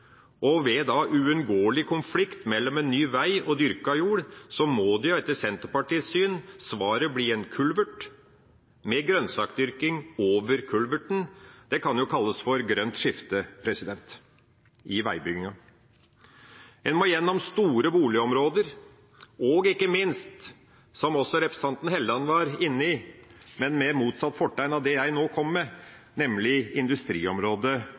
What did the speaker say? og ved uunngåelig konflikt mellom en ny vei og dyrket jord må, etter Senterpartiets syn, svaret bli en kulvert, med grønnsakdyrking over kulverten. Det kan jo kalles et grønt skifte i veibygginga. En må gjennom store boligområder, og ikke minst – som også representanten Hofstad Helleland var inne på, men med motsatt fortegn av det jeg nå kommer med – gjennom industriområdet